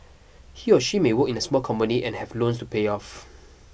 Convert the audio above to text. he or she may work in a small company and have loans pay off